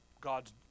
God's